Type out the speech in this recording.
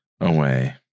away